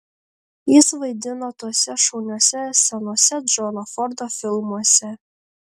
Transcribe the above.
jis vaidino tuose šauniuose senuose džono fordo filmuose